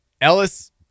Ellis